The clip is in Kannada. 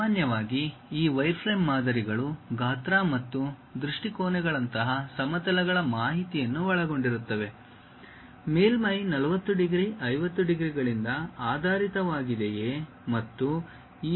ಸಾಮಾನ್ಯವಾಗಿ ಈ ವೈರ್ಫ್ರೇಮ್ ಮಾದರಿಗಳು ಗಾತ್ರ ಮತ್ತು ದೃಷ್ಟಿಕೋನಗಳಂತಹ ಸಮತಲಗಳ ಮಾಹಿತಿಯನ್ನು ಒಳಗೊಂಡಿರುತ್ತವೆ ಮೇಲ್ಮೈ 40 ಡಿಗ್ರಿ 50 ಡಿಗ್ರಿಗಳಿಂದ ಆಧಾರಿತವಾಗಿದೆಯೆ